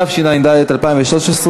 התשע"ד 2013,